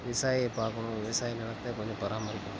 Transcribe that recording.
விவசாயிய பார்க்கணும் விவசாய நிலத்தை கொஞ்சம் பராமரிக்கணும்